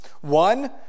One